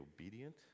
obedient